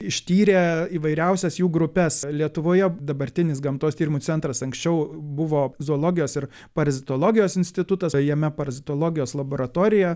ištyrė įvairiausias jų grupes lietuvoje dabartinis gamtos tyrimų centras anksčiau buvo zoologijos ir parazitologijos institutas jame parazitologijos laboratorija